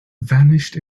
vanished